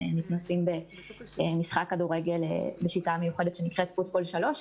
מתנסים במשחק כדורגל בשיטה מיוחדת שנקראת פוטבול 3,